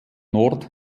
nord